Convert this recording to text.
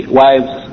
wives